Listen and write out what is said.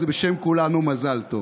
אז בשם כולנו, מזל טוב.